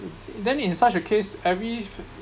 it then in such a case every